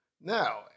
Now